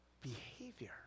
behavior